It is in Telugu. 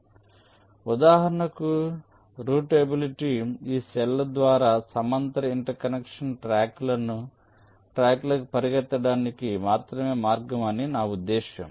కాబట్టి ఉదాహరణకు రౌటబిలిటీ ఈ సెల్ ల మధ్య సమాంతర ఇంటర్ కనెక్షన్ ట్రాక్లకు పరిగెత్తడానికి మాత్రమే మార్గం అని నా ఉద్దేశ్యం